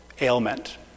ailment